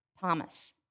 Thomas